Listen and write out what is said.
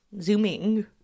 zooming